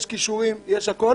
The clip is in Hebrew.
יש כישורים ויש הכול,